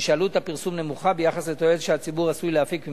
ושעלות הפרסום נמוכה ביחס לתועלת שהציבור עשוי להפיק ממנה.